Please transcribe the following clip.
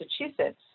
Massachusetts